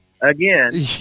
Again